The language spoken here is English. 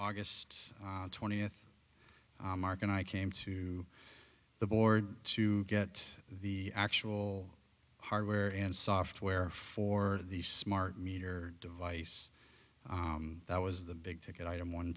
august twentieth mark and i came to the board to get the actual hardware and software for the smart meter device that was the big ticket item one